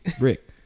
Rick